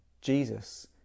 Jesus